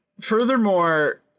furthermore